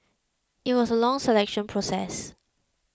it was a long selection process